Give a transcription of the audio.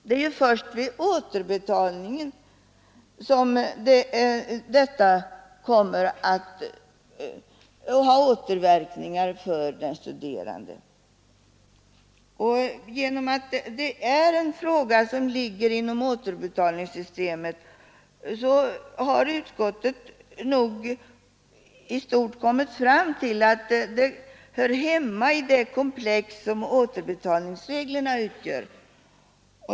Det är ju först vid återbetalningen som detta kommer att ha återverkningar för den studerande. Genom att det är en fråga som ligger inom återbetalningssystemet har utskottet i stort kommit fram till att den hör hemma i det komplex som återbetalningsreglerna utgör.